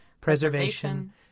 preservation